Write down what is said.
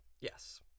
yes